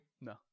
No